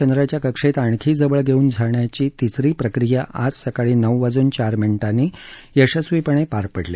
चांद्रयान दोनला चंद्राच्या कक्षेत आणखी जवळ घेऊन जाण्याची तिसरी प्रक्रिया आज सकाळी नऊ वाजून चार मिनिटांनी यशस्वीपणे पार पडली